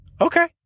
okay